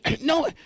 no